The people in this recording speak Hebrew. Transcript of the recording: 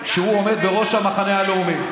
שהוא עומד בראש המחנה הלאומי.